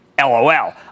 LOL